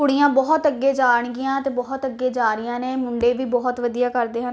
ਕੁੜੀਆਂ ਬਹੁਤ ਅੱਗੇ ਜਾਣਗੀਆਂ ਅਤੇ ਬਹੁਤ ਅੱਗੇ ਜਾ ਰਹੀਆਂ ਨੇ ਮੁੰਡੇ ਵੀ ਬਹੁਤ ਵਧੀਆ ਕਰਦੇ ਹਨ